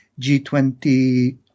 G20